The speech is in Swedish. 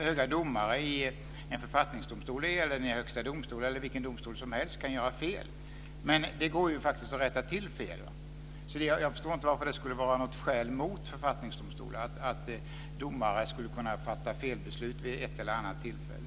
Höga domare i en författningsdomstol, och även i Högsta domstolen eller i vilken domstol som helst, kan göra fel. Men det går ju faktiskt att rätta till felen. Jag förstår inte varför det skulle vara något skäl mot författningsdomstolar att domare skulle kunna fatta fel beslut vid ett eller annat tillfälle.